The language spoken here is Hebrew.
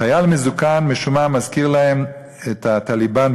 חייל מזוקן משום מה מזכיר להם את ה"טליבאן",